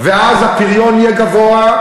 ואז הפריון יהיה גבוה,